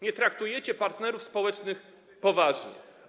Nie traktujecie partnerów społecznych poważnie.